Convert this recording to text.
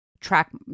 track